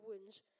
wounds